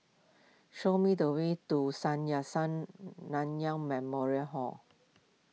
show me the way to Sun Yat Sen Nanyang Memorial Hall